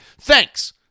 thanks